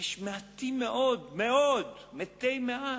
יש מעטים מאוד, מתי מעט,